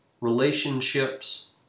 relationships